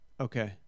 Okay